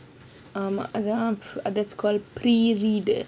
um ஆமா:aamaa that's called pre read